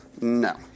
No